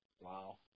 Wow